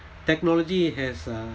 technology has uh